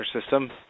system